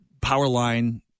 Powerline